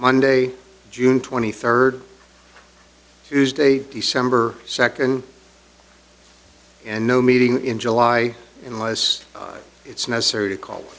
monday june twenty third tuesday december second and no meeting in july unless it's necessary to call